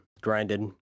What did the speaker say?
grinded